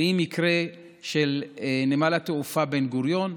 ראי מקרה נמל התעופה בן-גוריון,